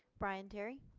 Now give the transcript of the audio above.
brian terry.